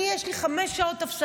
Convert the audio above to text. אני, יש לי חמש שעות הפסקה,